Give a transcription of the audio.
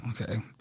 okay